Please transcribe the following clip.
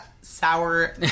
sour